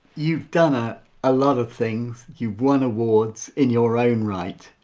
you've done a ah lot of things, you've won awards in your own right,